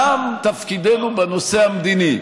תם תפקידנו בנושא המדיני.